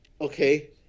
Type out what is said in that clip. okay